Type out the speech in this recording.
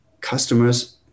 customers